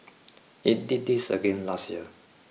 it did this again last year